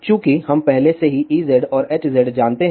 चूँकि हम पहले से ही Ez और Hz जानते हैं